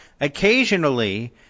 occasionally